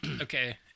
Okay